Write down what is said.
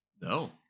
No